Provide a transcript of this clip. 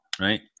right